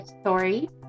story